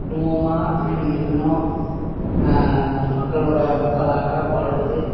குடும்பமாக எப்படி இருக்கணும் அந்த மக்களோடு மக்களாக வாழ்வது